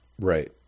Right